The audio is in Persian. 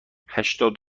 هشتاد